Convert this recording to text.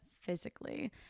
physically